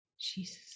jesus